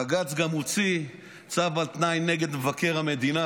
בג"ץ גם הוציא צו על תנאי נגד מבקר המדינה,